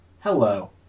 Hello